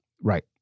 Right